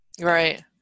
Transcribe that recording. Right